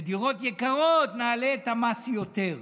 בדירות יקרות נעלה את המס יותר,